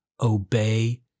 obey